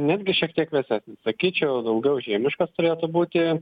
netgi šiek tiek vėsesnis sakyčiau daugiau žiemiškas turėtų būti